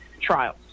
trials